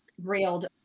railed